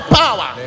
power